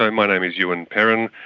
my my name is ewan perrin.